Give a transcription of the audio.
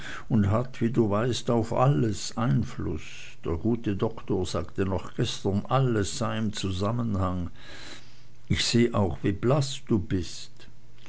und hat wie du weißt auf alles einfluß der gute doktor sagte noch gestern alles sei im zusammenhang ich seh auch wie blaß du bist